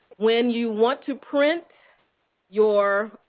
when you want to print your